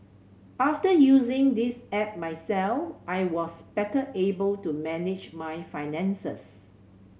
after using this app myself I was better able to manage my finances